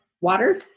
water